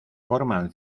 forman